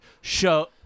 Show